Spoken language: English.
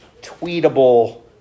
tweetable